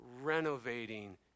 renovating